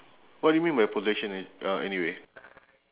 what do you mean by possession an~ uh anyway